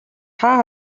хаа